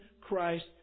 Christ